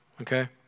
Okay